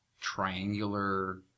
triangular